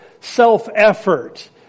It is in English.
self-effort